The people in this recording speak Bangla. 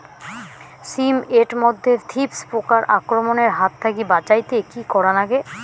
শিম এট মধ্যে থ্রিপ্স পোকার আক্রমণের হাত থাকি বাঁচাইতে কি করা লাগে?